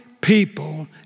people